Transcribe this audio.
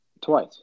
Twice